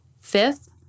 Fifth